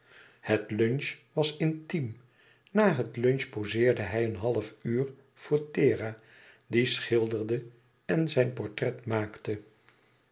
het lunch was intiem na het lunch pozeerde hij een uur voor thera die schilderde en zijn portret maakte